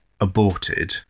aborted